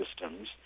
systems